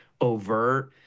overt